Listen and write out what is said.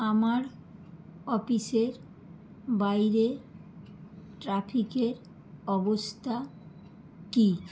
আমার অফিসের বাইরে ট্রাফিকের অবস্থা কী